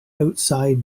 outside